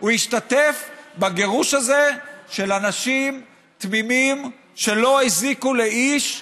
הוא השתתף בגירוש הזה של אנשים תמימים שלא הזיקו לאיש,